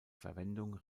verwendung